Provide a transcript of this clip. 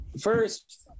first